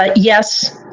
ah yes.